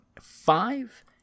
five